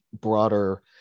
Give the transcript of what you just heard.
broader